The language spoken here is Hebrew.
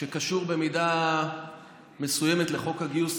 שקשור במידה מסוימת לחוק הגיוס,